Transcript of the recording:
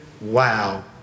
Wow